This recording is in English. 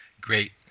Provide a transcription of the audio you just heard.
Great